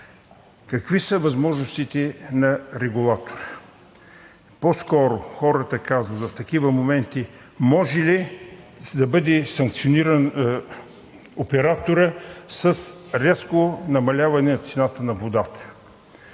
Какви са възможностите на регулатора? По-скоро хората казват: в такива моменти може ли да бъде санкциониран операторът с рязко намаляване на цената на водата?